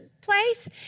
place